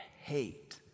hate